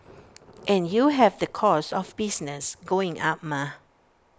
and you have the costs of business going up mah